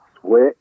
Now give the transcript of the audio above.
sweat